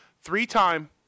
three-time